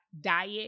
diet